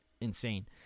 insane